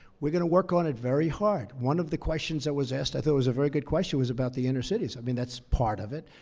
we're going to work on it very hard. one of the questions that was asked i thought it was a very good question was about the inner cities. i mean, that's part of it.